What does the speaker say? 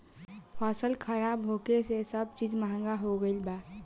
फसल खराब होखे से सब चीज महंगा हो गईल बा